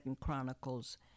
Chronicles